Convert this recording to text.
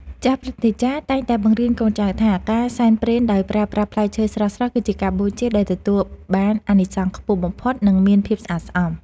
ចាស់ព្រឹទ្ធាចារ្យតែងតែបង្រៀនកូនចៅថា ការសែនព្រេនដោយប្រើប្រាស់ផ្លែឈើស្រស់ៗគឺជាការបូជាដែលទទួលបានអានិសង្សខ្ពស់បំផុត និងមានភាពស្អាតស្អំ។